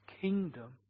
kingdom